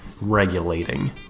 regulating